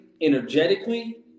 energetically